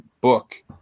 book